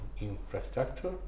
infrastructure